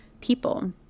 people